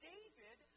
David